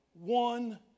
one